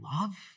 love